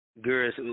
girls